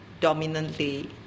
dominantly